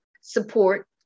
support